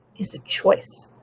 is a choice